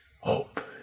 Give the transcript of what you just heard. hope